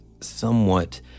somewhat